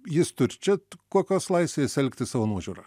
jis turi čia kokios laisvės elgtis savo nuožiūra